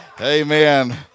Amen